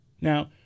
Now